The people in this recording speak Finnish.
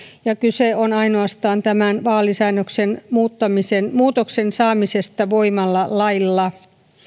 kyse on ainoastaan tämän vaalisäädöksen muutoksen saamisesta voimaan lailla